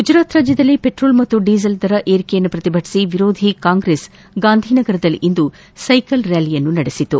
ಗುಜರಾತ್ನಲ್ಲಿ ಪೆಟ್ರೋಲ್ ಮತ್ತು ಡಿಸೇಲ್ ದರ ಏರಿಕೆ ಪ್ರತಿಭಟಿಸಿ ವಿರೋಧಿ ಕಾಂಗ್ರೆಸ್ ಗಾಂಧಿನಗರದಲ್ಲಿಂದು ಸ್ಕೆಕಲ್ ರ್ಡಾಲಿ ನಡೆಸಿತು